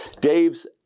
Dave's